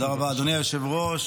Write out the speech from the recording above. תודה רבה, אדוני היושב-ראש.